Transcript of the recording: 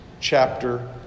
chapter